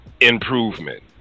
improvement